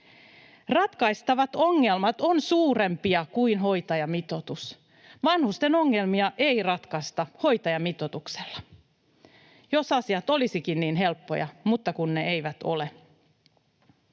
Ratkaistavat ongelmat ovat suurempia kuin hoitajamitoitus. Vanhusten ongelmia ei ratkaista hoitajamitoituksella. Jos asiat olisivatkin niin helppoja, mutta kun ne eivät ole.